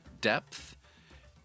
depth